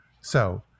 So-